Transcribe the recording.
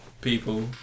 people